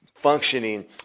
functioning